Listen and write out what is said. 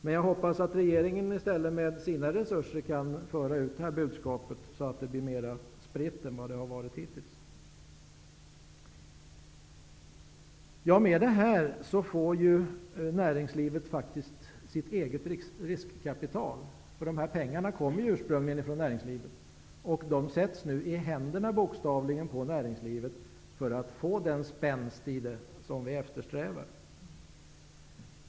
Men jag hoppas att regeringen i stället med sina resurser kan föra ut detta budskap, så att det blir mera spritt än hittills. Med det här får näringslivet faktiskt sitt eget riskkapital. De här pengarna kommer ju ursprungligen från näringslivet, och de sätts nu bokstavligen i händerna på näringslivet för att det skall få den spänst som vi eftersträvar.